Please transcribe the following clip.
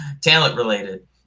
talent-related